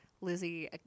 Lizzie